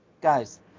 guys